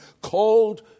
called